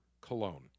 cologne